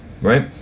right